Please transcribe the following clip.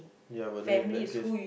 ya but then in that case